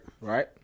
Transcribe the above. right